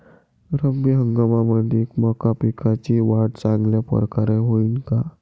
रब्बी हंगामामंदी मका पिकाची वाढ चांगल्या परकारे होईन का?